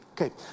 Okay